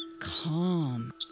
calm